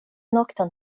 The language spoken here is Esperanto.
nokton